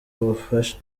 ubufasha